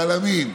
צלמים,